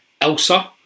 elsa